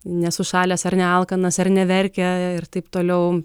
nesušalęs ar nealkanas ar neverkia ir taip toliau